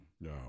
No